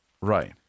Right